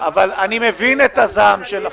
אני מבין את הזעם שלכם.